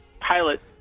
pilot